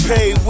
Pay